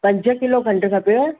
पंज किलो खंडु खपेव